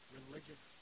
religious